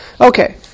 Okay